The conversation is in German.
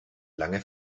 lange